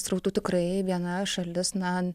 srautų tikrai viena šalis na